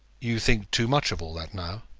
you think too much of all that now.